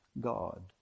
God